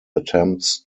attempts